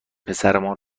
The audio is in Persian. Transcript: پسرمان